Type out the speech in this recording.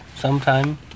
sometime